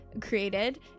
created